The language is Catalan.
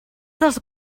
dels